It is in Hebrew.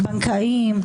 בנקאיים,